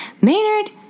Maynard